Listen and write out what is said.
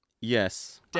Yes